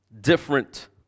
different